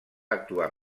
actuar